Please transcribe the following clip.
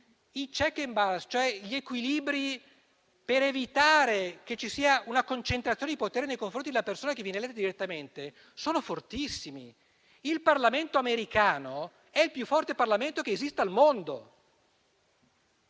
i *check and balance*, cioè gli equilibri per evitare che ci sia una concentrazione di potere nei confronti della persona che viene eletta direttamente, sono fortissimi. Il Parlamento americano è il più forte Parlamento che esista al mondo,